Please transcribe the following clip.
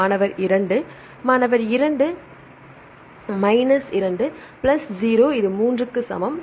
மாணவர் minus 2 minus 2 மாணவர் 3 plus 0 இது 3 க்கு சமம்